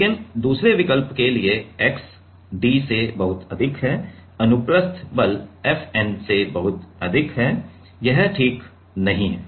लेकिन दूसरे विकल्प के लिए x d से बहुत अधिक है अनुप्रस्थ बल FN से बहुत अधिक है यह ठीक नहीं है